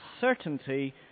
certainty